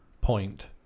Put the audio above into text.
point